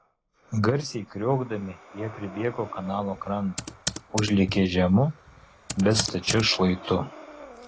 garsiai kriokdami jie pribėgo kanalo krantą užlėkė žemu bet stačiu šlaitu